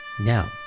now